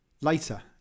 later